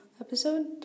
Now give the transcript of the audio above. episode